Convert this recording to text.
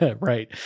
Right